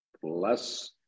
Plus